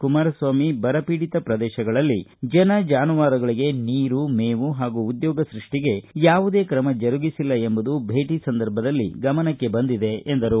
ಕುಮಾರಸ್ವಾಮಿ ಬರಪೀಡಿತ ಪ್ರದೇಶಗಳಲ್ಲಿ ಜನ ಜಾನುವಾರುಗಳಿಗೆ ನೀರು ಮೇವು ಹಾಗೂ ಉದ್ಯೋಗ ಸ್ಕಷ್ಟಿಗೆ ಯಾವುದೇ ಕ್ರಮ ಜರುಗಿಸಿಲ್ಲ ಎಂಬುದು ಭೇಟ ಸಂದರ್ಭದಲ್ಲಿ ಗಮನಕ್ಕೆ ಬಂದಿದೆ ಎಂದರು